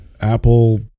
Apple